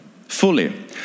fully